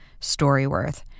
StoryWorth